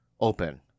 open